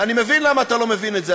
אני מבין למה אתה לא מבין את זה,